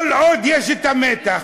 כל עוד יש המתח,